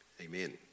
Amen